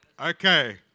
Okay